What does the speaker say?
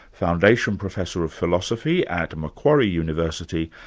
foundation professor of philosophy at macquarie university,